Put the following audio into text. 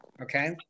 Okay